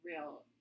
real